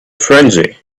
frenzy